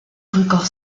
record